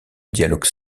dialogues